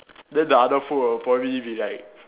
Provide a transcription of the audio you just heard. then the other food will probably be like